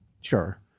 Sure